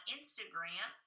Instagram